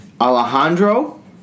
Alejandro